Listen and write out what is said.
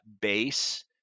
base